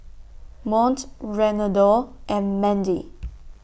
Mont Reynaldo and Mandie